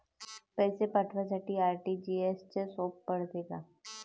पैसे पाठवासाठी आर.टी.जी.एसचं सोप पडते का?